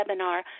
webinar